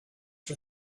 for